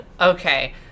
Okay